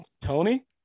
Tony